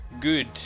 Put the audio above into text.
good